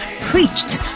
preached